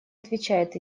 отвечает